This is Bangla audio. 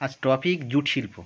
আজ টপিক জুট শিল্প